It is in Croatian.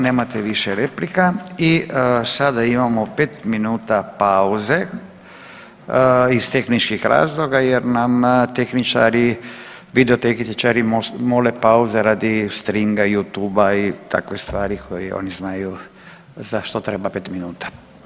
Nemate više replika i sada imamo 5 minuta pauze iz tehničkih razloga jer nam tehničari, videotehničari mole pauze radi stringa, Youtubea i takve stvari koje oni znaju zašto treba 5 minuta.